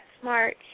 smart